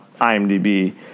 IMDb